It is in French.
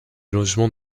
logements